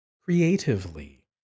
creatively